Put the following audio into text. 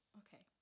okay